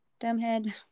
dumbhead